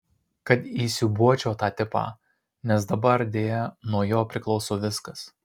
kad įsiūbuočiau tą tipą nes dabar deja nuo jo priklauso viskas